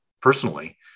personally